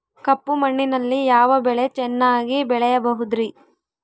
ಕಪ್ಪು ಮಣ್ಣಿನಲ್ಲಿ ಯಾವ ಬೆಳೆ ಚೆನ್ನಾಗಿ ಬೆಳೆಯಬಹುದ್ರಿ?